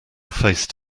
faced